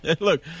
look